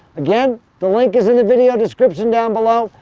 again, the link is in the video description down below.